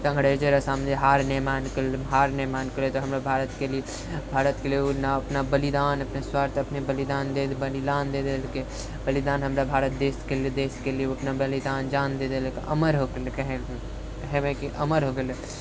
तऽ अङ्गरेजरे सामने हार नहि मानलके हार नहि मानलके तऽ हमरो भारतके लिअ भारतके लिअ ओ न अपना बलिदान निःस्वार्थ अपना बलिदान दै देलकै बलिदान हमरा भारत देशके लिअ ओ अपना बलिदान जान दै देलकै अमर हो गेलै लोक कहैके हेबै कि अमर हो गेलै